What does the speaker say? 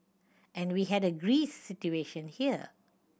and we had a Greece situation here